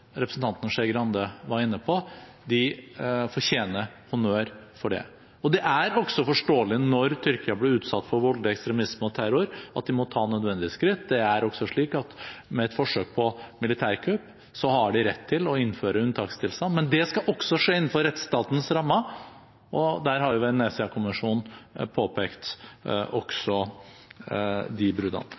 representanten Skei Grande var inne på – de fortjener honnør for det. Det er også forståelig at når Tyrkia blir utsatt for voldelig ekstremisme og terror, må de ta nødvendige skritt. Og med et forsøk på militærkupp har de rett til å innføre unntakstilstand, men det skal også skje innenfor rettsstatens rammer, og der har Veneziakommisjonen påpekt også de bruddene.